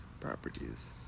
properties